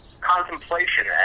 contemplation